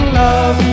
love